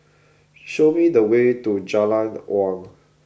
show me the way to Jalan Awang